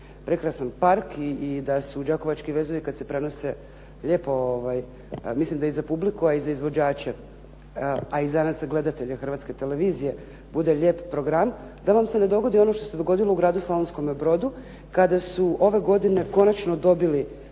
prekrasan park i da su Đakovački vezovi kada se prenose lijepo mislim i za publiku i za izvođače, a i za nas gledatelje Hrvatske televizije, bude lijep program, da vam se ne dogodi ono što se dogodilo u gradu Slavonskome Brodu kada su ove godine konačno dobili